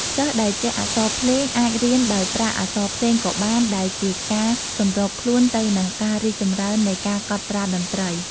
សិស្សដែលចេះអក្សរភ្លេងអាចរៀនដោយប្រើអក្សរភ្លេងក៏បានដែលជាការសម្របខ្លួនទៅនឹងការរីកចម្រើននៃការកត់ត្រាតន្ត្រី។